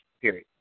period